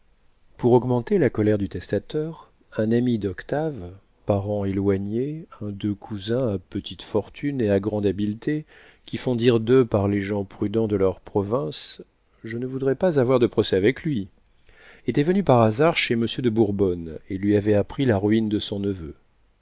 pour augmenter la colère du testateur un ami d'octave parent éloigné un de ces cousins à petite fortune et à grande habileté qui font dire d'eux par les gens prudents de leur province je ne voudrais pas avoir de procès avec lui était venu par hasard chez monsieur de bourbonne et lui avait appris la ruine de son neveu